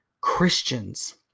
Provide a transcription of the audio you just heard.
Christians